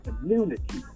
community